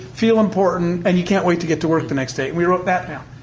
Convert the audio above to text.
feel important, and you can't wait to get to work the next day, and we wrote that down.